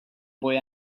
boy